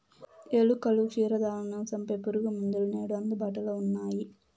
ఎలుకలు, క్షీరదాలను సంపె పురుగుమందులు నేడు అందుబాటులో ఉన్నయ్యి